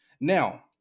now